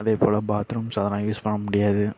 அதே போல் பாத்ரூம்ஸ் அதலாம் யூஸ் பண்ண முடியாது